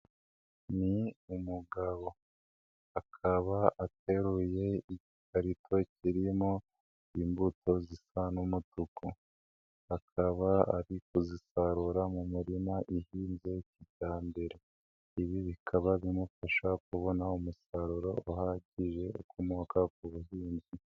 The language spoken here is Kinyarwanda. Ni umugabo akaba ateruye igikarito kirimo imbuto zisa n'umutuku, akaba ari kuzisarura mu murima ihinze kijyambere, ibi bikaba bimufasha kubona umusaruro uhagije ukomoka ku buhinzi.